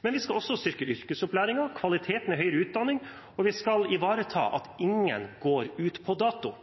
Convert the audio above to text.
Men vi skal også styrke yrkesopplæringen, kvaliteten i høyere utdanning, og vi skal ivareta at ingen går ut på dato.